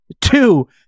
two